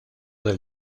del